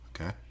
Okay